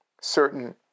certain